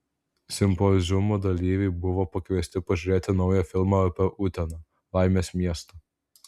simpoziumo dalyviai buvo pakviesti pažiūrėti naują filmą apie uteną laimės miestą